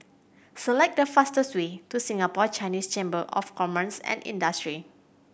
select the fastest way to Singapore Chinese Chamber of Commerce and Industry